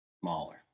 Smaller